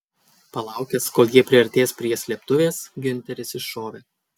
palaukęs kol jie priartės prie slėptuvės giunteris iššovė